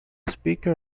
speaker